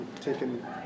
taken